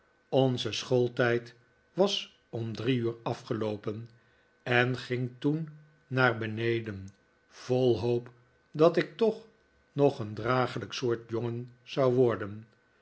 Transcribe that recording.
onze schooltijd was om drie uur afgeloopen en ging toen naar beneden vol hoop dat ik toch nog een draaglijk soort jongen zou worden